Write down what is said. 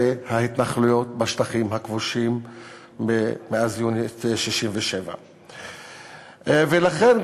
ההתנחלויות בשטחים הכבושים מאז יוני 1967. ולכן,